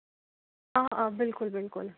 آ آ بِلکُل بِلکُل